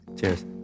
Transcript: Cheers